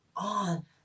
on